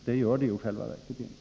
Det gör det ju i själva verket inte.